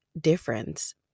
difference